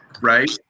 right